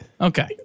Okay